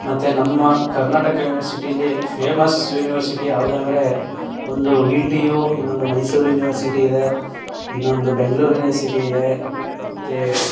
ಮತ್ತು ನಮ್ಮ ಕರ್ನಾಟಕ ಯೂನಿವರ್ಸಿಟಿಯಲ್ಲಿ ಫೇಮಸ್ ಯೂನಿವರ್ಸಿಟಿ ಯಾವುದು ಅಂದರೆ ಒಂದು ವಿ ಟಿ ಯು ಇನ್ನೊಂದು ಮೈಸೂರು ಯೂನಿವರ್ಸಿಟಿ ಇದೆ ಇನ್ನೊಂದು ಬೆಂಗ್ಳೂರು ಯೂನಿವರ್ಸಿಟಿ ಇದೆ ಮತ್ತು